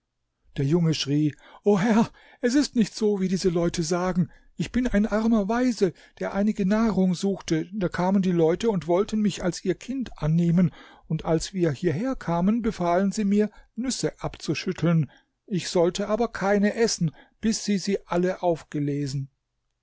der junge schrie o herr es ist nicht so wie diese leute sagen ich bin ein armer waise der einige nahrung suchte da kamen die leute und wollten mich als ihr kind annehmen und als wir hierher kamen befahlen sie mir nüsse abzuschütteln ich sollte aber keine essen bis sie sie alle aufgelesen